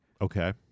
Okay